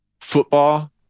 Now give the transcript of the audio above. football